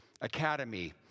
Academy